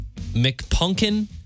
McPunkin